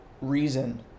reason